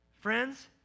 Friends